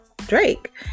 Drake